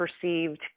perceived